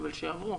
אבל שיועברו.